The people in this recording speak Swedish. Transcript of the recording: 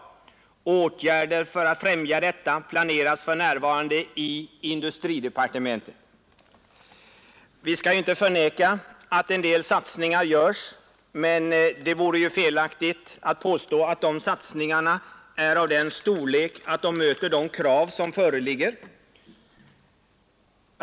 Åtgärder för att främja detta planeras för närvarande i industridepartementet.” Jag skall inte förneka att en del satsningar görs, men det vore felaktigt att påstå att de satsningarna är av den storleken att de tillgodoser de krav som föreligger.